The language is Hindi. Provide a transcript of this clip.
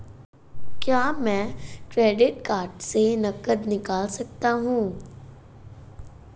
क्या मैं क्रेडिट कार्ड से नकद निकाल सकता हूँ?